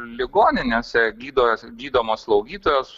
ligoninėse gydo gydomos slaugytojos